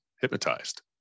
hypnotized